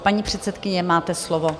Paní předsedkyně, máte slovo.